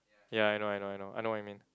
ya I know I know I know I know what you mean